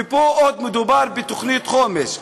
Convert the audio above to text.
ופה עוד מדובר בתוכנית חומש.